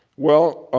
well,